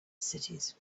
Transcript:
cities